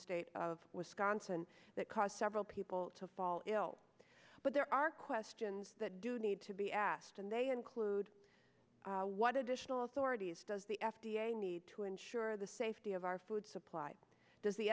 state of wisconsin that cost several people to fall ill but there are questions that do need to be asked and they include what additional authorities does the f d a need to ensure the safety of our food supply does the